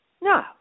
No